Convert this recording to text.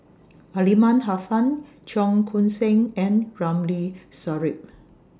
Aliman Hassan Cheong Koon Seng and Ramli Sarip